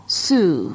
sue